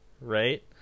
Right